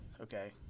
okay